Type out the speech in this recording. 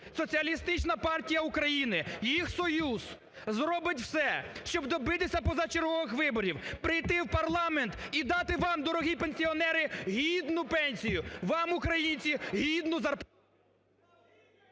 Соціалістична партія України, їх союз зробить все, щоб добитися позачергових виборів, прийти в парламент і дати вам, дорогі пенсіонери, гідну пенсію, вам, українці, гідну зарплату.